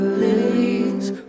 lilies